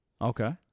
Okay